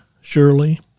surely